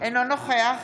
אינו נוכח